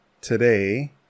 today